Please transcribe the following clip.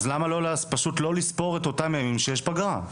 למה לא לספור את אותם הימים שיש פגרה?